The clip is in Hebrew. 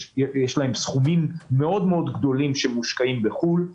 להם סכומים גדולים מאוד שמושקעים בחו"ל.